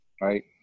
right